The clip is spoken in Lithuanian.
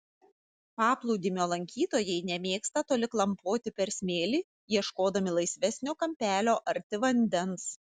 paplūdimio lankytojai nemėgsta toli klampoti per smėlį ieškodami laisvesnio kampelio arti vandens